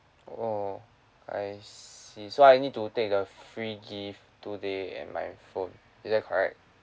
oh I see so I need to take the free gift today and my phone is that correct